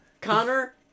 Connor